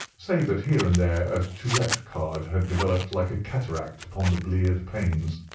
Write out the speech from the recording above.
save that here and there a to let card had developed like a cataract upon the bleared panes.